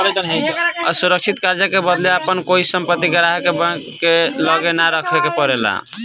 असुरक्षित कर्जा के बदले आपन कोई संपत्ति ग्राहक के बैंक के लगे ना रखे के परेला